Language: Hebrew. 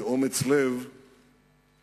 שאומץ לב הוא